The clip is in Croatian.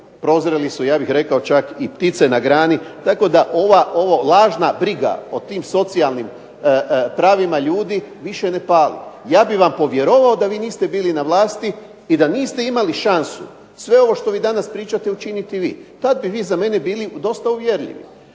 prozreli su ja bih rekao čak i ptice na grani. Tako da ova lažna briga o tim socijalnim pravima ljudi više ne pali. Ja bih vam povjerovao da vi niste bili na vlasti i da niste imali šansu sve ovo što danas pričate učinili vi. Tada bi vi za mene bili dosta uvjerljivi.